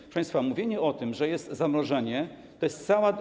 Proszę państwa, mówienie o tym, że jest zamrożenie, to jest cała.